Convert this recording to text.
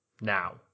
now